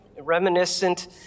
reminiscent